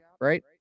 right